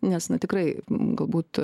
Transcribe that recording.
nes na tikrai galbūt